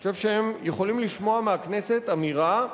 אני חושב שהם יכולים לשמוע מהכנסת אמירה,